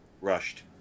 rushed